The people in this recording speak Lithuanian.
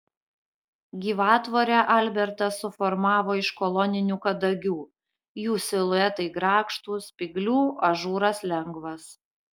gyvatvorę albertas suformavo iš koloninių kadagių jų siluetai grakštūs spyglių ažūras lengvas